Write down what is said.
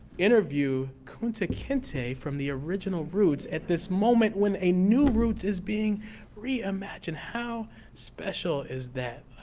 interview kunta kinte from the original roots at this moment when a new roots is being reimagined. how special is that?